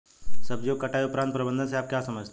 सब्जियों की कटाई उपरांत प्रबंधन से आप क्या समझते हैं?